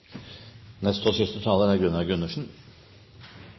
og siste taler.